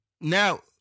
Now